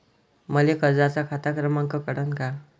मले कर्जाचा खात क्रमांक कळन का?